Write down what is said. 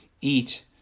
eat